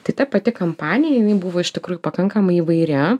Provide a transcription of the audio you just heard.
tai ta pati kampanija jinai buvo iš tikrųjų pakankamai įvairi